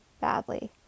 badly